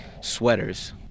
sweaters